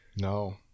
No